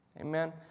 Amen